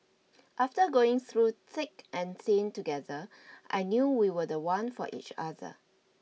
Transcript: after going through thick and thin together I knew we were the one for each other